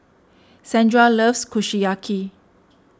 Sandra loves Kushiyaki